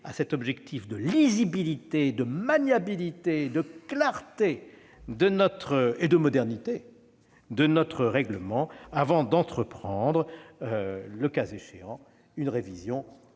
à cet objectif de lisibilité, de maniabilité, de clarté, de modernité de notre règlement, avant d'entreprendre, le cas échéant, une révision plus